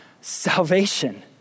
salvation